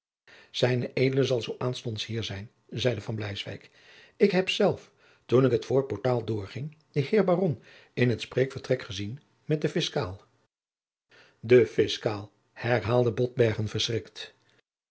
edele zal zoo aanstonds hier zijn zeide van bleiswyk ik heb zelf toen ik het voorportaal doorging den heer baron in het spreek vertrek gezien met den fiscaal de fiscaal herhaalde